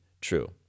true